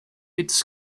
its